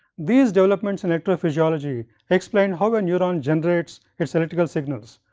these developments in hitler physiology explained, how a neuron generates its electrical signals,